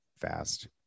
fast